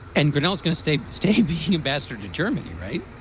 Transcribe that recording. and grenell's going to stay, stay. but ambassador to germany, right?